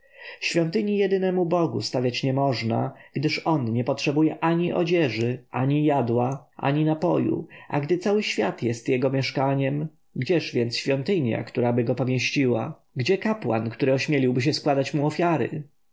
świątyni jedynemu bogu stawiać nie można gdyż on nie potrzebuje ani odzieży ani jadła ani napoju a cały świat jest jego mieszkaniem gdzież więc świątynia któraby go pomieściła gdzie kapłan który ośmieliłby się składać mu ofiary